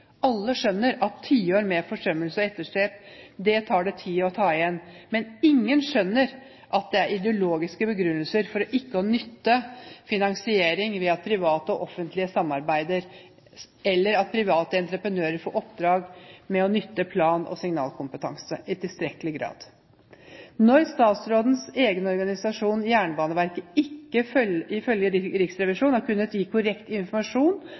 Alle skjønner at tiår med forsømmelse og etterslep tar tid å ta igjen, men ingen skjønner at det er ideologiske begrunnelser for ikke å nytte finansiering ved at private og det offentlige samarbeider, eller at private entreprenører får oppdrag med å nytte plan- og signalkompetanse i tilstrekkelig grad. Når statsrådens egen organisasjon, Jernbaneverket, ikke ifølge Riksrevisjonen har kunnet gi korrekt informasjon